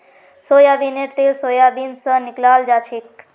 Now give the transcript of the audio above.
सोयाबीनेर तेल सोयाबीन स निकलाल जाछेक